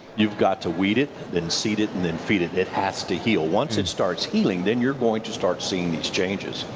you've got to weed it, then seed it and feed it. it has to heal. once it starts healing, then you're going to start seeing these changes.